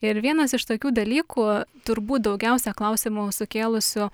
ir vienas iš tokių dalykų turbūt daugiausia klausimų sukėlusių